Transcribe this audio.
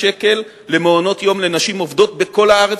שקל למעונות-יום לנשים עובדות בכל הארץ,